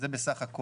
זה בסך הכל.